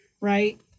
right